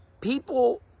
people